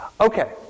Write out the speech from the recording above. Okay